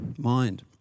mind